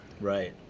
right